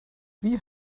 wie